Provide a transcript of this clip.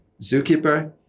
Zookeeper